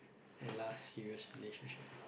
last serious relationship